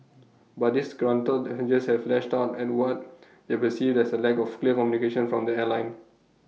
but disgruntled passengers have lashed out at what they perceived as A lack of clear communication from the airline